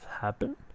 Happen